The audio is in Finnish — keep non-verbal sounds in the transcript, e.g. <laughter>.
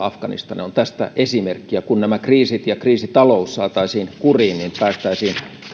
<unintelligible> afganistan on tästä esimerkki ja kun nämä kriisit ja kriisitalous saataisiin kuriin niin päästäisiin